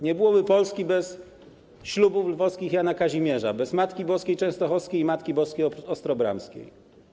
Nie byłoby Polski bez ślubów lwowskich Jana Kazimierza, bez Matki Boskiej Częstochowskiej i Matki Boskiej Ostrobramskiej.